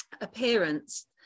appearance